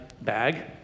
bag